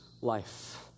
life